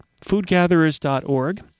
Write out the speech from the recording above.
foodgatherers.org